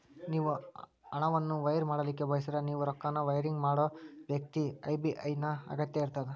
ನೇವು ಹಣವನ್ನು ವೈರ್ ಮಾಡಲಿಕ್ಕೆ ಬಯಸಿದ್ರ ನೇವು ರೊಕ್ಕನ ವೈರಿಂಗ್ ಮಾಡೋ ವ್ಯಕ್ತಿ ಐ.ಬಿ.ಎ.ಎನ್ ನ ಅಗತ್ಯ ಇರ್ತದ